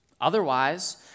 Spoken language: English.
Otherwise